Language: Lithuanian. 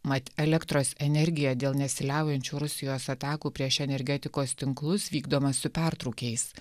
mat elektros energija dėl nesiliaujančių rusijos atakų prieš energetikos tinklus vykdoma su pertrūkiais